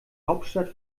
hauptstadt